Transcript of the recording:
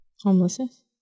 Homelessness